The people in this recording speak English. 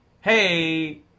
Hey